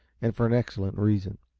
and for an excellent reason.